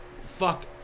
Fuck